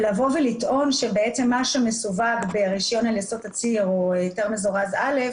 ולבוא ולטעון שמה שמסווג ברישיון על יסוד תצהיר או היתר מזורז א',